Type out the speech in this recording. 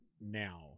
now